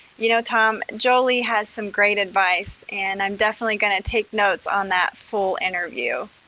you know, tom, jolie has some great advice and i'm definitely going to take notes on that full interview.